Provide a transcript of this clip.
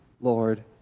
Lord